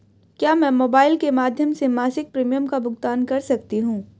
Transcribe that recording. क्या मैं मोबाइल के माध्यम से मासिक प्रिमियम का भुगतान कर सकती हूँ?